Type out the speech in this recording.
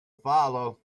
follow